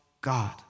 God